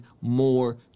more